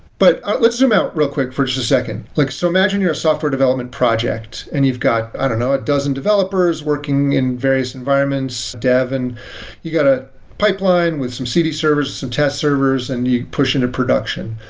but let's zoom out real quick for just a second. like so imagine you're a software development project and you've got i don't know, a dozen developers working in various environments, dev, and you got a pipeline with some cd servers, some test servers and you push into production.